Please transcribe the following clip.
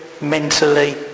mentally